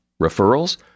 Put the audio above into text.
Referrals